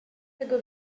tego